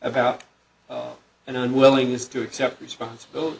about an unwillingness to accept responsibility